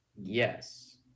Yes